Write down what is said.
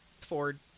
Ford